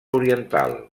oriental